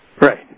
Right